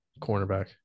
cornerback